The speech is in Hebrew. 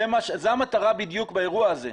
זו המטרה בדיוק באירוע הזה.